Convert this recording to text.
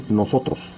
nosotros